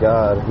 God